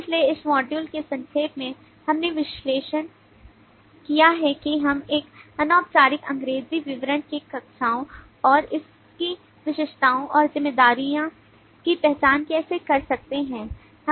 इसलिए इस मॉड्यूल में संक्षेप में हमने विश्लेषण किया है कि हम एक अनौपचारिक अंग्रेजी विवरण से कक्षाओं और इसकी विशेषताओं और जिम्मेदारी की पहचान कैसे कर सकते हैं